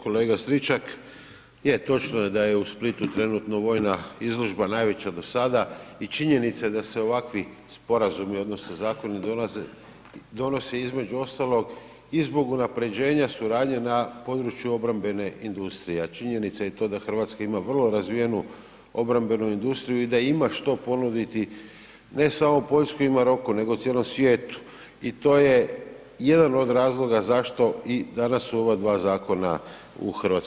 Kolega Stričak, je točno je da je u Splitu trenutno vojna izložba najveća do sada i činjenica je da se ovakvi sporazumi odnosno zakoni donose između ostalog i zbog unaprjeđenja suradnje na području obrambene industrije, a činjenica je to da RH ima vrlo razvijenu obrambenu industriju i da ima što ponuditi, ne samo Poljskoj i Maroku, nego cijelom svijetu i to je jedan od razloga zašto su i danas u ova dva zakona u HS.